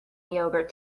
yogurt